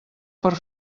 per